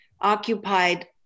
occupied